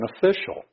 beneficial